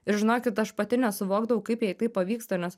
ir žinokit aš pati nesuvokdavau kaip jai tai pavyksta nes